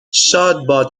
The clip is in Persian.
شادباد